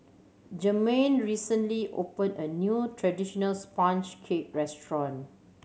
Jermain recently opened a new traditional sponge cake restaurant